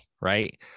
right